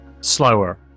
slower